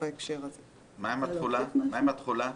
מה עם התחולה?